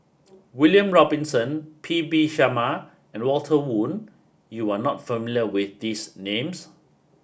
William Robinson P V Sharma and Walter Woon You are not familiar with these names